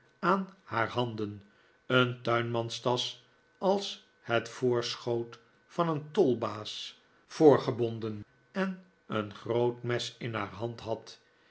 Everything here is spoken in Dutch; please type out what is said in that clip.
aan haar handen een tuinmans tasch als het voorschoot van een tolbaas voorgebonden en een groot mes in haar hand had